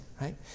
right